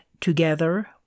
together